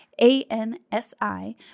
ANSI